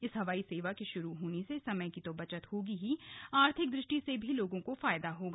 इस हवाई सेवा के शुरू होने से समय की बचत होगी और आर्थिक दृष्टि से भी लोगों को फायदा होगा